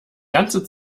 ganze